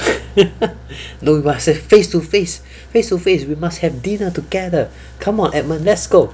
no you must say face to face face to face we must have dinner together come on edmund let's go